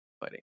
fighting